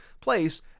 place